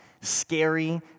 scary